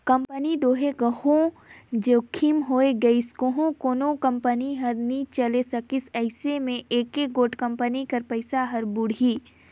company दो हे कहों जोखिम होए गइस कहों कोनो कंपनी हर नी चले सकिस अइसे में एके गोट कंपनी कर पइसा हर बुड़ही